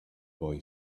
boy